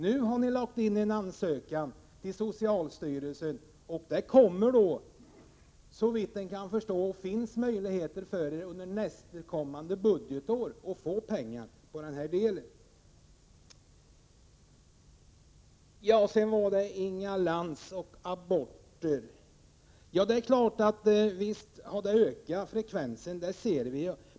Nu har de lagt in en ansökan till socialstyrelsen, och det kommer då, såvitt jag kan förstå, att finnas möjligheter för dem att under nästa budgetår få pengar. Inga Lantz talade om aborter. Det stämmer att antalet aborter har ökat.